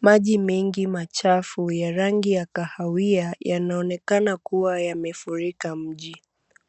Maji mengi machafu ya rangi ya kahawia yanaonekana kuwa yamefurika mji.